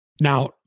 Now